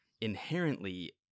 inherently